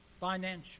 Financial